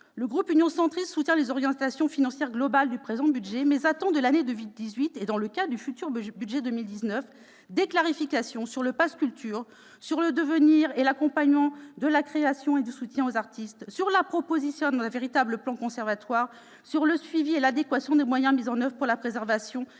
le groupe Union Centriste soutient les orientations financières globales du présent budget, mais il attend que, dès 2018 et dans le cadre du budget pour 2019, des clarifications soient apportées sur le pass culture, sur le devenir et l'accompagnement de la création, sur le soutien aux artistes, sur la proposition d'un véritable plan Conservatoires et, enfin, sur le suivi et l'adéquation des moyens mis en oeuvre pour la préservation